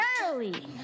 early